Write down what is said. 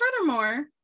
furthermore